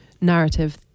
narrative